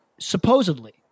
supposedly